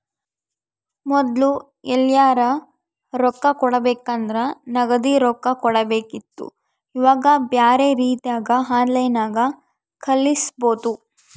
ಮೊದ್ಲು ಎಲ್ಯರಾ ರೊಕ್ಕ ಕೊಡಬೇಕಂದ್ರ ನಗದಿ ರೊಕ್ಕ ಕೊಡಬೇಕಿತ್ತು ಈವಾಗ ಬ್ಯೆರೆ ರೀತಿಗ ಆನ್ಲೈನ್ಯಾಗ ಕಳಿಸ್ಪೊದು